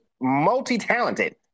multi-talented